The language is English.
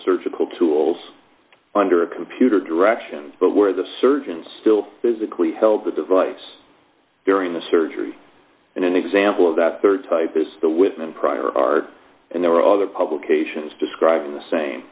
surgical tools under a computer direction but where the surgeon still physically held the device during the surgery and an example of the rd type is the whitman prior art and there are other publications describing the same